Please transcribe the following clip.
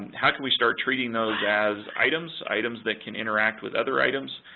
how can we start treating those as items, items that can interact with other items,